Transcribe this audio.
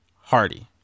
Hardy